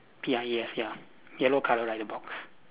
P I E S ya yellow colour right the box